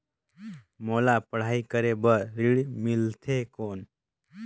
मोला पढ़ाई करे बर ऋण मिलथे कौन?